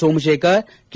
ಸೋಮಶೇಖರ್ಕೆ